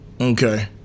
Okay